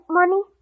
money